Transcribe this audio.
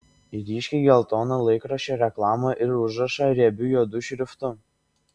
ryškiai geltoną laikraščio reklamą ir užrašą riebiu juodu šriftu